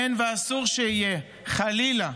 אין, ואסור שיהיה, חלילה,